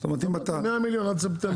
זאת אומרת, אם אתה --- מאה מיליון עד ספטמבר.